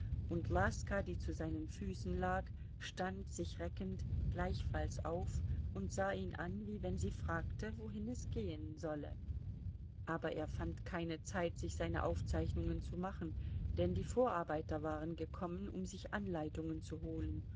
und laska die zu seinen füßen lag stand sich reckend gleichfalls auf und sah ihn an wie wenn sie fragte wohin es gehen solle aber er fand keine zeit sich seine aufzeichnungen zu machen denn die vorarbeiter waren gekommen um sich anleitungen zu holen